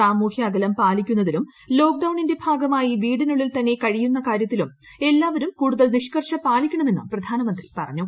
സാമൂഹ്യ അകലം പാലിക്കുന്നതിലൂർ ലോക്ഡൌണിന്റെ ഭാഗമായി വീടിനുള്ളിൽ തന്നെ കൃഷ്ണിയ്ുന്ന കാര്യത്തിലും എല്ലാവരും കൂടുതൽ നിഷ്ക്ർഷ്ഷ പാലിക്കണമെന്നും പ്രധാനമന്ത്രി പറഞ്ഞു